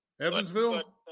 Evansville